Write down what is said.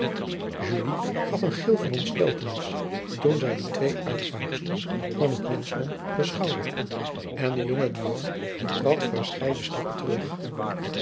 gaf een gil van ontsteltenis toen zij die twee uitvaagsels van het menschdom beschouwde en de jonge trad verscheiden stappen terug